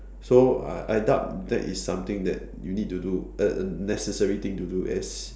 so uh I doubt that is something that you need to do uh a necessary thing to do as